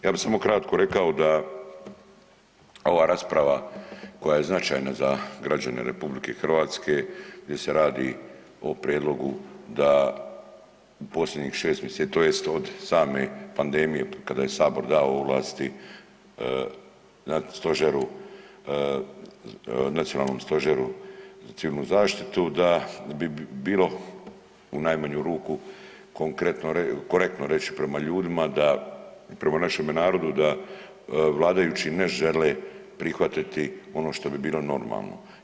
Ja bih samo kratko rekao da ova rasprava koja je značajna za građane RH gdje se radi o prijedlogu da posljednjih 6 mjeseci, tj. od same pandemije kada je Sabor dao ovlasti Stožeru, Nacionalnom stožeru za Civilnu zaštitu da bi bilo u najmanju ruku korektno reći prema ljudima, prema našem narodu da vladajući ne žele prihvatiti ono što bi bilo normalno.